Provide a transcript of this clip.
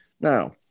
Now